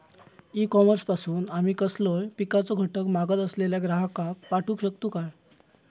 E commerce पासून आमी कसलोय पिकाचो घटक मागत असलेल्या ग्राहकाक पाठउक शकतू काय?